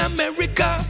America